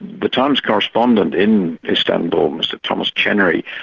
the times correspondent in istanbul, mr thomas chenery,